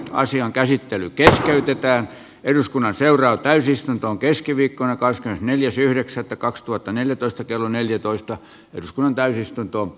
asian käsittely keskeytetään eduskunnan seuraa täysistuntoon keskiviikkona neljäs yhdeksättä kaksituhattaneljätoista kello neljätoista jos kunnan täysistuntop